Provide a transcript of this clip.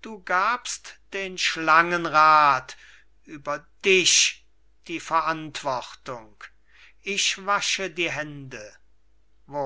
du gabst den schlangenrath über dich die verantwortung ich wasche die hände